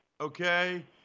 okay